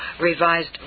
Revised